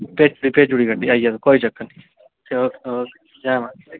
भेजी उड़ी भेजी उड़ी गड्डी आई जा फ्ही कोई चक्कर नी ओ ओके जय माता दी